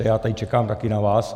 Já tady čekám taky na vás.